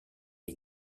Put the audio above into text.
est